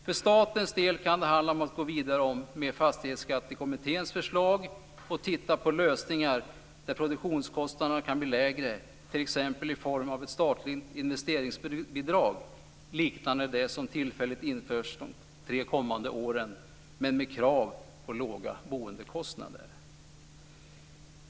För statens del kan det handla om att gå vidare med Fastighetsskattekommitténs förslag och titta på lösningar där produktionskostnaderna kan bli lägre, t.ex. i form av ett statligt investeringsbidrag liknande det som tillfälligt införs de tre kommande åren, men med krav på låga boendekostnader.